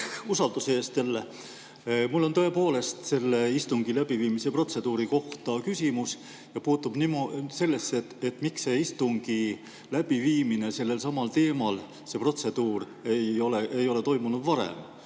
usalduse eest jälle! Mul on tõepoolest istungi läbiviimise protseduuri kohta küsimus. Puutub see sellesse, miks see istungi läbiviimine sellelsamal teemal, see protseduur ei ole toimunud varem,